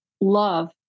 love